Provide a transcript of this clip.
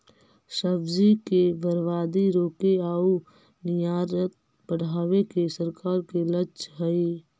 सब्जि के बर्बादी रोके आउ निर्यात बढ़ावे के सरकार के लक्ष्य हइ